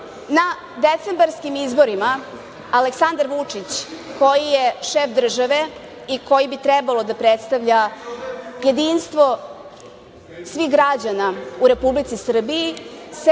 decembarskim izborima Aleksandar Vučić, koji je šef države i koji bi trebalo da predstavlja jedinstvo svih građana u Republici Srbiji